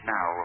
Now